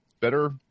Better